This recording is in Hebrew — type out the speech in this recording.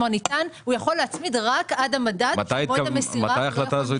הוא יכול להצמיד למדד עד מועד המסירה.